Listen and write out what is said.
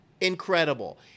incredible